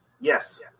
Yes